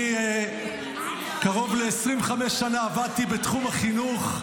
אני קרוב ל-25 שנה עבדתי בתחום החינוך,